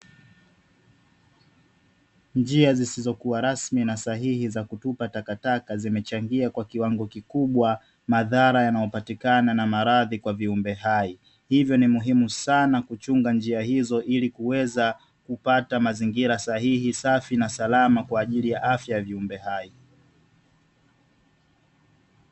Njia zisizokua rasmi na sahihi za kutupa takataka zimechangia kwa kiwango kikubwa, madhara yanayopatikana na maradhi kwa viumbe hai. Hivyo ni muhimu sanaa kuchunga njia hizo ili kuweza kupata mazingira sahihi, safi na salama kwa viumbe hai.